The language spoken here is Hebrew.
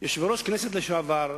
יושבי-ראש הכנסת לשעבר,